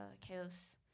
chaos